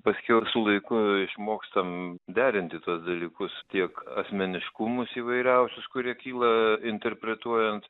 paskiau su laiku išmokstam derinti tuos dalykus tiek asmeniškumus įvairiausius kurie kyla interpretuojant